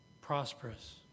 Prosperous